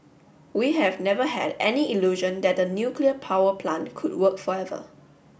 we have never had any illusion that the nuclear power plant could work forever